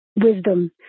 wisdom